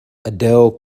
adele